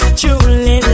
truly